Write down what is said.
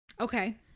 Okay